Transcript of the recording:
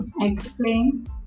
explain